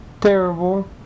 terrible